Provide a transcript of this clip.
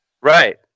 Right